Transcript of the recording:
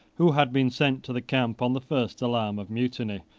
who had been sent to the camp on the first alarm of mutiny,